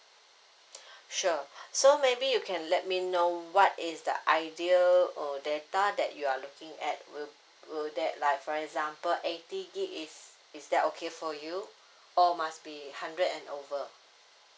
sure so maybe you can let me know what is the ideal or data that you are looking at will will that like for example eighty G_B is is that okay for you or must be hundred and over